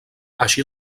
així